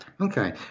okay